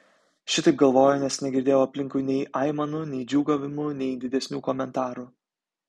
šitaip galvoju nes negirdėjau aplinkui nei aimanų nei džiūgavimų nei didesnių komentarų